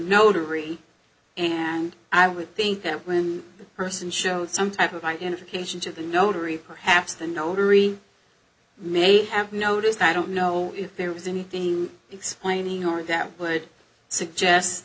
notary and i would think that when the person showed some type of identification to the notary perhaps the notary may have noticed i don't know if there was anything explaining our example would suggest